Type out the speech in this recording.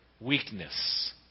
weakness